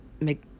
Make